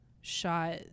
shot